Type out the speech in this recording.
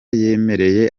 yemereye